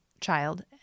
child